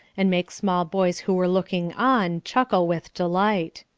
and make small boys who were looking on chuckle with delight.